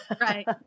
right